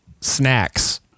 snacks